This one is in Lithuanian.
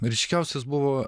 ryškiausias buvo